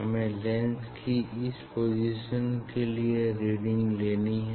हमें लेंस की इस पोजीशन के लिए रीडिंग लेनी है